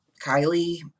Kylie